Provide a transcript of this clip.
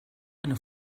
eine